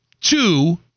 Two